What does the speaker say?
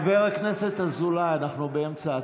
חבר הכנסת אזולאי, אנחנו באמצע ההצבעה.